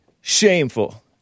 Shameful